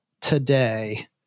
today